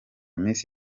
miss